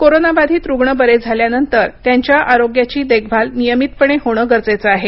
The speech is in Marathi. कोरोना बाधित रुग्ण बरे झाल्यानंतर त्यांच्या आरोग्याची देखभाल नियमितपणे होणं गरजेचं आहे